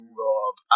love